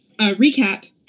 recap